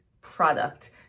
product